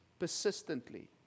persistently